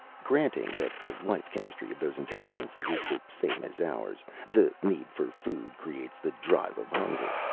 granting that the life-chemistry of those intelligences is the same as ours the need for food creates the drive of hunger.